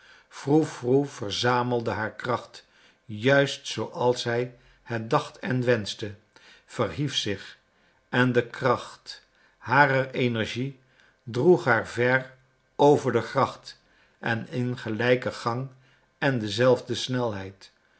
froe froe verzamelde haar kracht juist zooals hij het dacht en wenschte verhief zich en de kracht harer energie droeg haar ver over de gracht en in gelijken gang en dezelfde snelheid